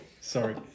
Sorry